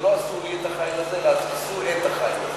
זה לא עשו לי את החיל הזה אלא עשו את החיל הזה.